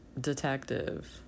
detective